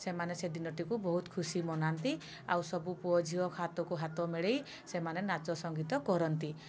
ସେମାନେ ସେଦିନଟିକୁ ବହୁତ ଖୁସି ମନାନ୍ତି ଆଉ ସବୁ ପୁଅଝିଅ ହାତକୁ ହାତ ମିଳେଇ ସେମାନେ ନାଚ ସଙ୍ଗୀତ କରନ୍ତି